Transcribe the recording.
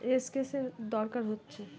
S কেসের দরকার হচ্ছে